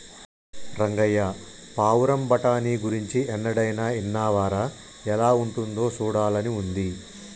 రంగయ్య పావురం బఠానీ గురించి ఎన్నడైనా ఇన్నావా రా ఎలా ఉంటాదో సూడాలని ఉంది